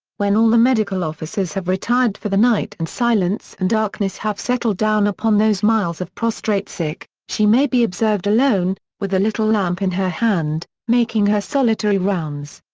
when all the medical officers have retired for the night and silence and darkness have settled down upon those miles of prostrate sick, she may be observed alone, with a little lamp in her hand, making her solitary rounds.